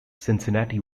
cincinnati